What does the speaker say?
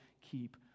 keep